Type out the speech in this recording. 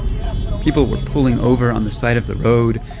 people were pulling over on the side of the road.